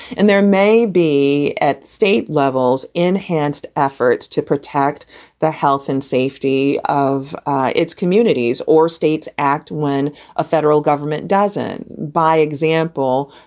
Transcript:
and there may be at state levels, enhanced efforts to protect the health and safety of its. communities or states act when a federal government doesn't. by example,